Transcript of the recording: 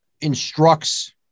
instructs